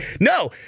No